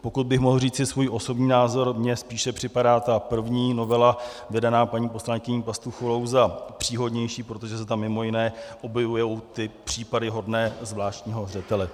Pokud bych mohl říci svůj osobní názor, mně spíše připadá ta první novela vedená paní poslankyní Pastuchovou příhodnější, protože se tam mimo jiné objevují ty případy hodné zvláštního zřetele.